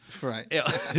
Right